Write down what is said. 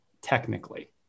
technically